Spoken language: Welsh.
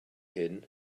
hyn